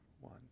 one